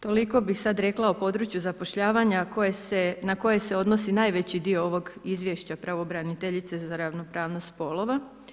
Toliko bih sada rekla o području zapošljavanja na koje se odnosi najveći dio ovog izvješća pravobraniteljice za ravnopravnost spolova.